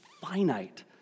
finite